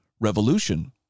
Revolution